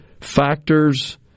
factors